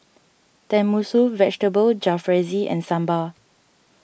Tenmusu Vegetable Jalfrezi and Sambar